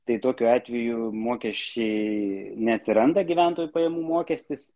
tai tokiu atveju mokesčiai neatsiranda gyventojų pajamų mokestis